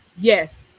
yes